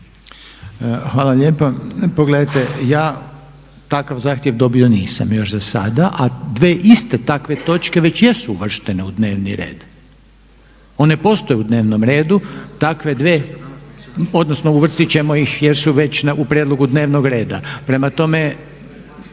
Hvala lijepo. Pogledajte, ja takav zahtjev dobio nisam još za sada a dvije iste takve točke već jesu uvrštene u dnevni red. One postoje u dnevnom redu, takve dvije odnosno uvrstiti ćemo ih jer su već u prijedlogu dnevnoga reda. Prema tome,